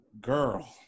Girl